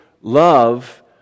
love